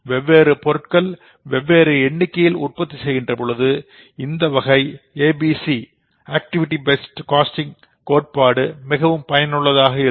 வெவ்வேறு பொருட்கள் வெவ்வேறு எண்ணிக்கையில் உற்பத்தி செய்யும் போது இந்த வகை கணக்கியல் கோட்பாடு மிகவும் பயனுள்ளதாக இருக்கும்